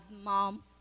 mom